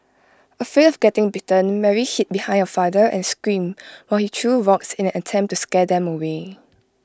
afraid of getting bitten Mary hid behind her father and screamed while he threw rocks in an attempt to scare them away